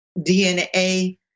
DNA